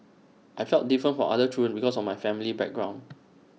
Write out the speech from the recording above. I felt different from other children because of my family background